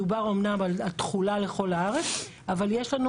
מדובר אמנם על התחולה לכל הארץ אבל יש לנו,